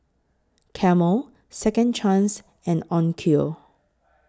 Camel Second Chance and Onkyo